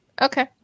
Okay